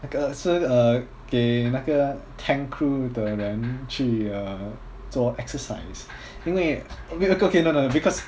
那个是 uh 给那个 tank crew 的人去 uh 做 exercise 因为 okay okay no no it's because